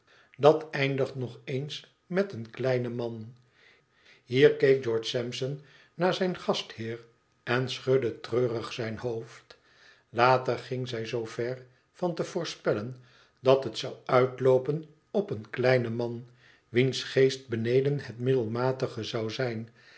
dat eindigt nog eens met een kleinen man hier keek george sampson naar zijn gastheer en schudde treurig zijn hoofd later ging zij zoo ver van te voorspellen dat het zou uitloopen op een kleinen man wiens geest beneden het middelmatige zou zijn